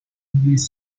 english